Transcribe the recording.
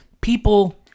people